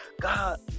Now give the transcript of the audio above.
God